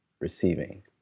Receiving